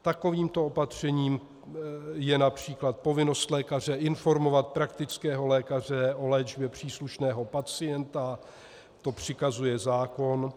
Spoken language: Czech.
Takovýmto opatřením je například povinnost lékaře informovat praktického lékaře o léčbě příslušného pacienta, to přikazuje zákon.